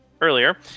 earlier